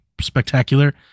spectacular